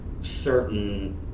certain